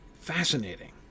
fascinating